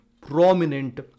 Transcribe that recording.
prominent